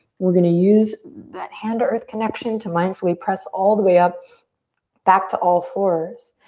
we're gonna use that hand to earth connection to mindfully press all the way up back to all fours.